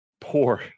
poor